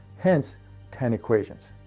hence ten equations.